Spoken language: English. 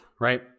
right